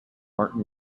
martin